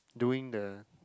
doing the